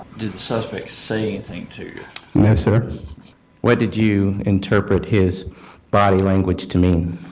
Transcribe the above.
did the suspect say anything to you? no, sir what did you interpret his body language to mean?